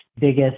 biggest